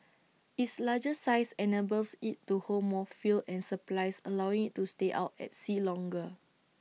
its larger size enables IT to hold more fuel and supplies allowing IT to stay out at sea longer